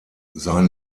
sein